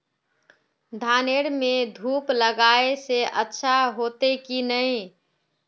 धानेर में धूप लगाए से अच्छा होते की नहीं?